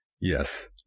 Yes